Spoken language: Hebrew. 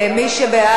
מי שבעד,